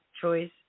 choice